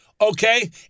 Okay